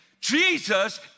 Jesus